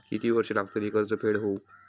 किती वर्षे लागतली कर्ज फेड होऊक?